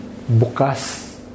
Bukas